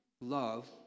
love